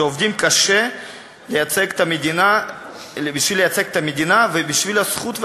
שעובדים קשה בשביל לייצג את המדינה ובשביל הזכות והכבוד,